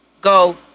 go